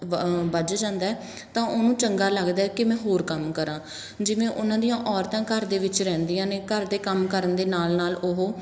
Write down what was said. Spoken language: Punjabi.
ਬੱ ਬੱਝ ਜਾਂਦਾ ਤਾਂ ਉਹਨੂੰ ਚੰਗਾ ਲੱਗਦਾ ਕਿ ਮੈਂ ਹੋਰ ਕੰਮ ਕਰਾਂ ਜਿਵੇਂ ਉਹਨਾਂ ਦੀਆਂ ਔਰਤਾਂ ਘਰ ਦੇ ਵਿੱਚ ਰਹਿੰਦੀਆਂ ਨੇ ਘਰ ਦੇ ਕੰਮ ਕਰਨ ਦੇ ਨਾਲ ਨਾਲ ਉਹ